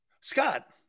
Scott